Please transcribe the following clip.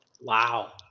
Wow